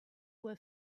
were